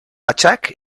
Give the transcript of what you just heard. attack